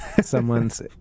someone's